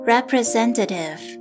Representative